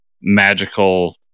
magical